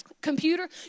computer